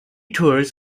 tours